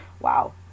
wow